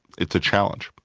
it's a challenge.